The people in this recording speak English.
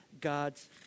God's